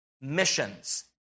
missions